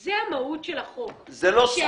זה המהות של החוק.